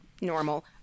normal